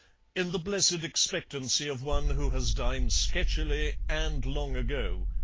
in the blessed expectancy of one who has dined sketchily and long ago.